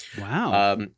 Wow